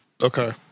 Okay